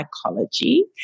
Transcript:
psychology